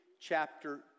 chapter